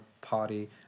party